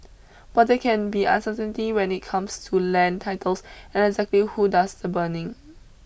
but they can be uncertainty when it comes to land titles and exactly who does the burning